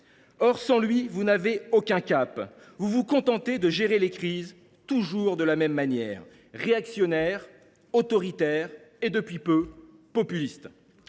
ministre, vous n’avez aucun cap. Vous vous contentez de gérer les crises, toujours de la même manière : réactionnaire, autoritaire et, depuis peu, populiste.